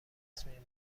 چشمگیری